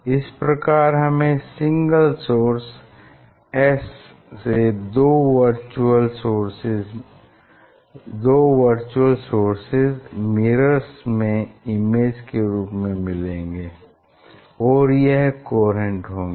इस प्रकार हमें सिंगल सोर्स S से दो वर्चुअल सोर्सेज मिरर्स में इमेज के रूप में मिलेंगे और यह कोहेरेंट होंगे